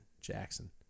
Jackson